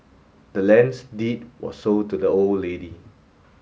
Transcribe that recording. the land's deed was sold to the old lady